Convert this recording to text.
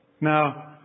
Now